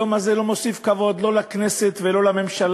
היום הזה לא מוסיף כבוד לא לכנסת ולא לממשלה,